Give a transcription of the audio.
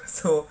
so